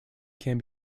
can